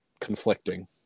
conflicting